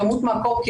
הוא ימות מהקורקינט.